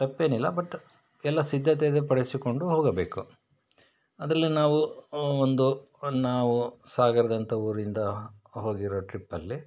ತಪ್ಪೇನಿಲ್ಲ ಬಟ್ ಎಲ್ಲ ಸಿದ್ಧತೆ ಪಡಿಸಿಕೊಂಡು ಹೋಗಬೇಕು ಅದರಲ್ಲಿ ನಾವು ಒಂದು ಒಂದ್ನಾವು ಸಾಗರದಂಥ ಊರಿಂದ ಹೋಗಿರೋ ಟ್ರಿಪ್ಪಲ್ಲಿ